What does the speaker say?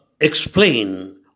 explain